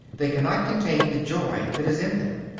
they cannot contain the joy that is in them.